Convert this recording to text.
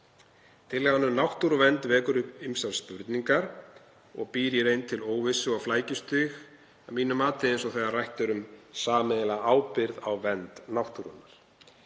Tillagan um náttúruvernd vekur upp ýmsar spurningar og býr í reynd til óvissu og flækjustig að mínu mati eins og þegar rætt er um sameiginlega ábyrgð á vernd náttúrunnar.